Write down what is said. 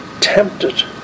tempted